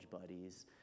buddies